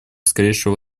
скорейшего